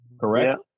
correct